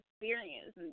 experience